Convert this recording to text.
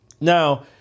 Now